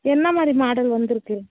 என்ன மாதிரி மாடல் வந்து இருக்கு